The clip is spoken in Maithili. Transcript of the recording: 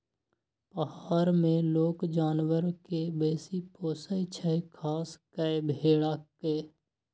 पहार मे लोक जानबर केँ बेसी पोसय छै खास कय भेड़ा केँ